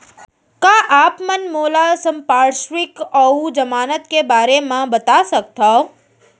का आप मन मोला संपार्श्र्विक अऊ जमानत के बारे म बता सकथव?